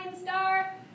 star